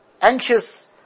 anxious